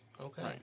okay